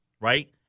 Right